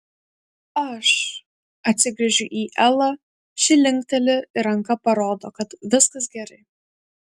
aš atsigręžiu į elą ši linkteli ir ranka parodo kad viskas gerai